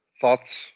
thoughts